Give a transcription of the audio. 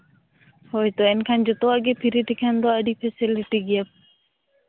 ᱦᱳᱭ ᱛᱚ ᱮᱱᱠᱷᱟᱱ ᱡᱚᱛᱚᱣᱟᱜ ᱜᱮ ᱯᱷᱨᱤ ᱛᱮᱠᱷᱟᱱ ᱫᱚ ᱟᱹᱰᱤ ᱯᱷᱮᱥᱮᱞᱤᱴᱤ ᱜᱮᱭᱟ